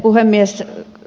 puhemies